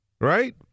right